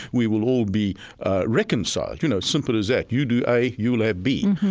we will all be reconciled. you know, simple as that. you do a, you'll have b,